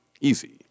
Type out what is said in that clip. easy